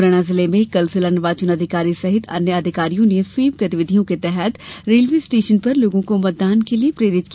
मुरैना जिले में कल जिला निर्वाचन अधिकारी सहित अन्य अधिकारियों ने स्वीप गतिविधियों के तहत रेलवे स्टेशन पर लोगों को मतदान के लिए प्रेरित किया